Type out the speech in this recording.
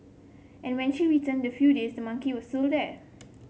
and when she returned the few days the monkey was still there